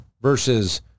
Versus